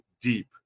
deep